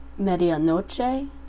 Medianoche